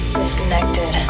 disconnected